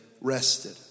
rested